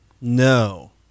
No